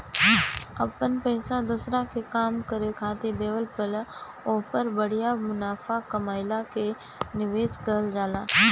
अपन पइसा दोसरा के काम करे खातिर देवल अउर ओहपर बढ़िया मुनाफा कमएला के निवेस कहल जाला